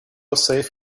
safe